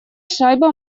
шайба